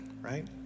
right